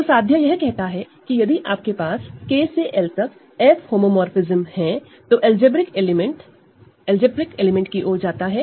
तो प्रोपोज़िशन यह कहता है कि यदि आपके पास K से L तक F होमोमोरफ़िज्म है तो अलजेब्रिक एलिमेंट अलजेब्रिक एलिमेंट की ओर ही जाता है